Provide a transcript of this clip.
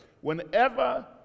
whenever